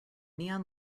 neon